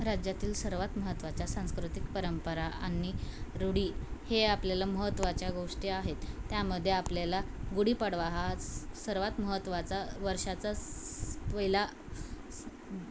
राज्यातील सर्वात महत्त्वाच्या सांस्कृतिक परंपरा आणि रूढी हे आपल्याला महत्त्वाच्या गोष्टी आहेत त्यामध्येे आपल्याला गुडीपाडवा हा सर्वात महत्त्वाचा वर्षाचा स पहिला